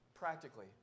Practically